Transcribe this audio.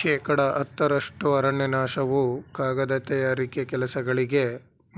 ಶೇಕಡ ಹತ್ತರಷ್ಟು ಅರಣ್ಯನಾಶವು ಕಾಗದ ತಯಾರಿಕೆ ಕೆಲಸಗಳಿಗೆ